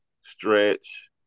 stretch